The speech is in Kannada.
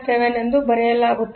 7 ಎಂದು ಬರೆಯಲಾಗುತ್ತದೆ